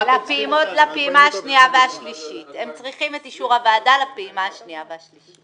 הם צריכים את אישור הוועדה לפעימה השנייה והשלישית.